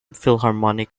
philharmonic